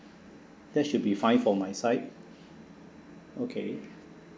that should be fine for my side okay